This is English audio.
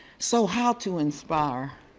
so how to inspire